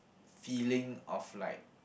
feeling of like